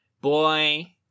boy